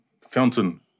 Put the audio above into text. fountain